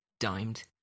dimed